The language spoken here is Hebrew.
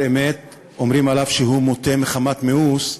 אמת אומרים עליו שהוא מוטה מחמת מיאוס,